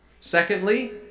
Secondly